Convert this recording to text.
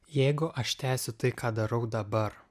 jeigu aš tęsiu tai ką darau dabar